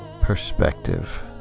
perspective